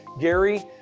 Gary